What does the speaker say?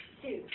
two